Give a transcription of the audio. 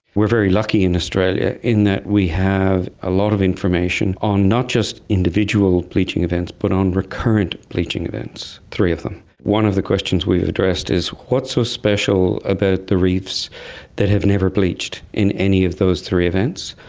we're very lucky in australia in that we have a lot of information on not just individual bleaching events, but on recurrent bleaching events, three of them. one of the questions we've addressed is, what's so special about the reefs that have never bleached in any of those three events?